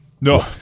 No